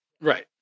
Right